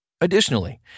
Additionally